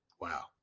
Wow